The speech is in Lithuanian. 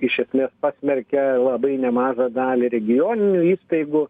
iš esmės pasmerkia labai nemažą dalį regioninių įstaigų